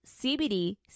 CBD